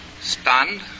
stunned